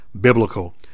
biblical